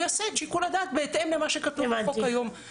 יעשה את שיקול הדעת בהתאם למה שכתוב בחוק היום.